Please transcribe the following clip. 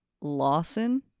Lawson